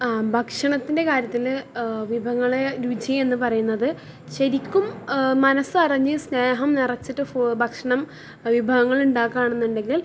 ആ ഭക്ഷണത്തിൻ്റെ കാര്യത്തിൽ വിഭവങ്ങളെ രുചിയെന്ന് പറയുന്നത് ശരിക്കും മനസ്സറിഞ്ഞ് സ്നേഹം നിറച്ചിട്ട് ഫു ഭക്ഷണം വിഭവങ്ങൾ ഉണ്ടാക്കാനിന്നുണ്ടെങ്കിൽ